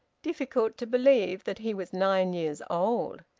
difficult to believe that he was nine years old!